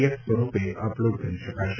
F સ્વરૂપે upload કરી શકાશે